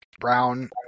Brown